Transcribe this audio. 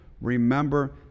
remember